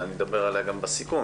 אני אדבר עליה גם בסיכום,